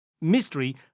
mystery